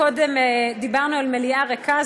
קודם דיברנו אל מליאה ריקה,